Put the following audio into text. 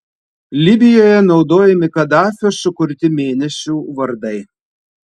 libijoje naudojami kadafio sukurti mėnesių vardai